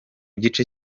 gice